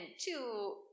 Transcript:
two